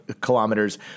kilometers